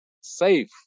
safe